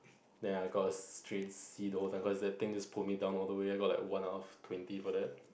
then I got a straight C though it was that thing just pulled me down all the way I got like one out of twenty for that